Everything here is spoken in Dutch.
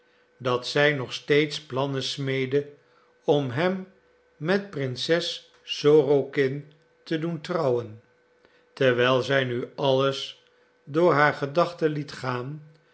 dat zij nog steeds plannen smeedde om hem met prinses sorokin te doen trouwen terwijl zij nu alles door haar gedachten liet gaan